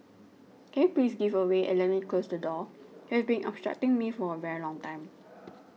can you please give away and let me close the door you have been obstructing me for a very long time